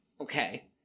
okay